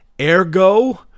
Ergo